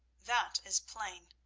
that is plain.